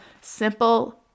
simple